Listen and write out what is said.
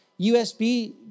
USB